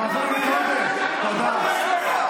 חברת הכנסת שטרית, תודה רבה.